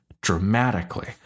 dramatically